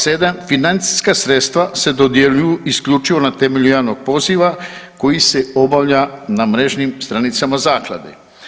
St. 7. financijska sredstva se dodjeljuju isključivo na temelju javnog poziva koji se obavlja na mrežnim stranicama zaklade.